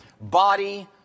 body